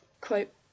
quote